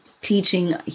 teaching